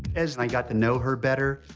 as i got to know her better,